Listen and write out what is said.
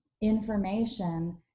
information